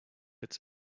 its